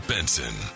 Benson